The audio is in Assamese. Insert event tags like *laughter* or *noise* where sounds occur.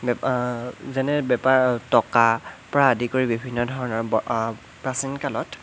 বেপাৰ যেনে বেপাৰ টকা পৰা আদি কৰি বিভিন্ন ধৰণৰ *unintelligible* প্ৰাচীন কালত